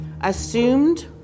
assumed